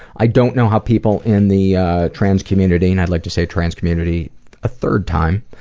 i don't know how people in the trans community, and i like to say trans community a third time,